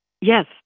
Yes